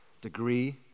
degree